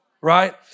right